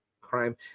crime